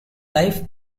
life